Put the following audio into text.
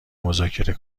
مذاکره